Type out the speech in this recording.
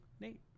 Nate